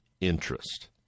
interest